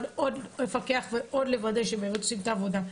עוד מפקח ועוד לוודא שבאמת עושים את העבודה,